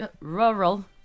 rural